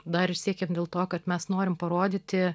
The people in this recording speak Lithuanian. dar ir siekėm dėl to kad mes norim parodyti